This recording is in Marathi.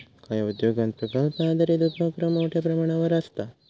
काही उद्योगांत प्रकल्प आधारित उपोक्रम मोठ्यो प्रमाणावर आसता